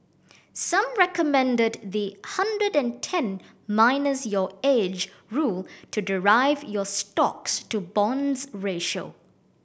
some recommended the hundred and ten minus your age rule to derive your stocks to bonds ratio